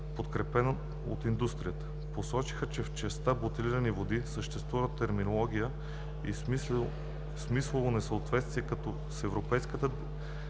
подкрепен от индустрията. Посочиха, че в частта „бутилирани води“ съществува терминологично и смислово несъответствие както с европейските